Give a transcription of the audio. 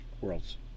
worlds